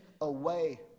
away